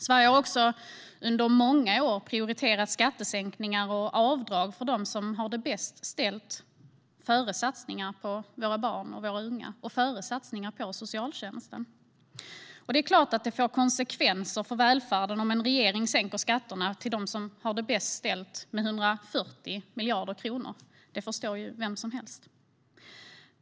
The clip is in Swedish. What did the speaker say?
Sverige har också under många år prioriterat skattesänkningar och avdrag för dem som har det bäst ställt före satsningar på våra barn och unga och före satsningar på socialtjänsten. Det är klart att det får konsekvenser för välfärden om en regering sänker skatterna för dem som har det bäst ställt med 140 miljarder kronor. Det förstår vem som helst.